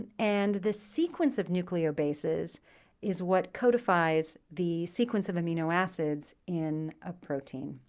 and and the sequence of nucleobases is what codifies the sequence of amino acids in a protein.